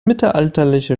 mittelalterliche